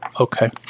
okay